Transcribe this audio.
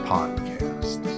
Podcast